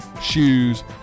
shoes